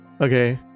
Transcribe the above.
Okay